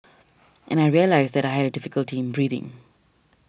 and I realised that I had difficulty in breathing